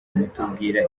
mutubwira